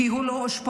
כי הוא לא אושפז,